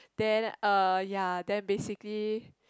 then uh ya then basically